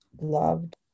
loved